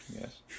Yes